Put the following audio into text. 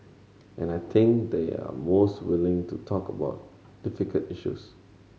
and I think they're most willing to talk about difficult issues